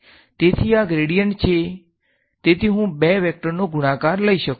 તો આ ગ્રેડીયન્ટ છે તેથી હુ બે વેકટરનો ગુણાકાર લઈ શકુ